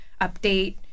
update